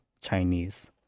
Chinese